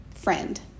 friend